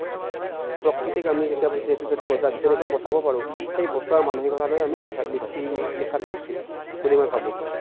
প্ৰকৃতিক আমি যেতিয়া যদি বচাওঁ যেনেকৈ বচাব পাৰোঁ সেই বচোৱাৰ মানসিকতা লৈ আমি লিখা লিখি লিখাটো উচিত বুলি মই ভাবোঁ